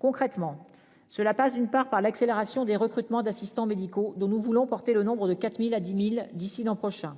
Concrètement cela pas une part par l'accélération des recrutement d'assistants médicaux dont nous voulons porter le nombres de 4000 à 10.000 d'ici l'an prochain.